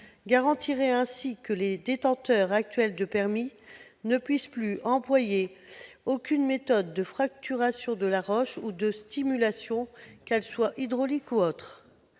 garantirait ainsi que les détenteurs actuels de permis ne puissent plus employer aucune méthode de fracturation de la roche ou de stimulation, hydraulique ou autre.